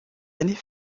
années